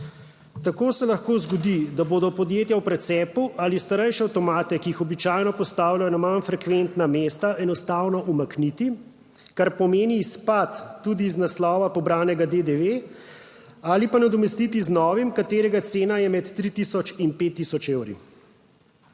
Tako se lahko zgodi, da bodo podjetja v precepu ali starejše avtomate, ki jih običajno postavljajo na manj frekventna mesta, enostavno umakniti, kar pomeni izpad tudi iz naslova pobranega DDV ali pa nadomestiti z novim, katerega cena je med 3000 in 5000 evri.